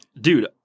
Dude